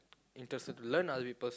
interested to learn other people's